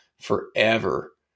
forever